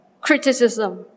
criticism